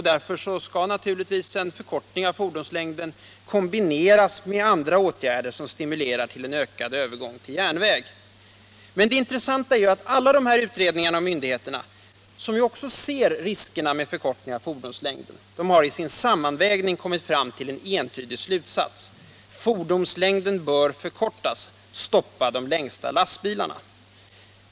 Därför skall naturligtvis en förkortning av den tillåtna fordonslängden kombineras med andra åtgärder som stimulerar till en ökad övergång till järnväg. Men det intressanta är att alla dessa utredningar och myndigheter; som mycket väl också ser riskerna med en förkortning av fordonslängden, i sin sammanvägning har kommit fram till en entydig slutsats: Fordonslängden bör förkortas! Stoppa de längsta lastbilarna!